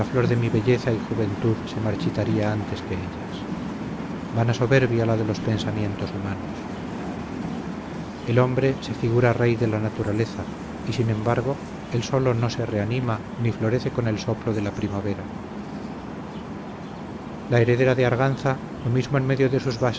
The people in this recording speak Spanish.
flor de mi belleza y juventud se marchitaría antes que ellas vana soberbia la de los pensamientos humanos el hombre se figura rey de la naturaleza y sin embargo él sólo no se reanima ni florece con el soplo de la primavera la heredera de arganza lo mismo en medio de sus